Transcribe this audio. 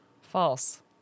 False